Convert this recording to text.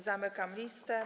Zamykam listę.